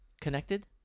connected